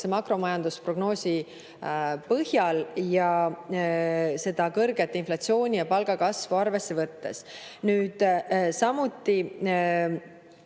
makromajandusliku prognoosi põhjal ning kõrget inflatsiooni ja palgakasvu arvesse võttes. Nüüd, samuti